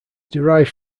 derived